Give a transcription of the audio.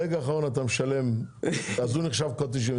ברגע האחרון אתה משלם אז הוא נחשב קוד 99,